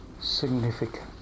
significant